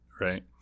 Right